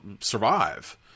survive